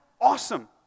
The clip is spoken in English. awesome